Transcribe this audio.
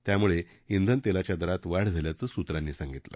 त्यामुळे इंधनतेलाच्या दरात वाढ झाल्याचं सूत्रांनी सांगितलं